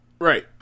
Right